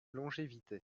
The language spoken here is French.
longévité